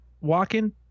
walking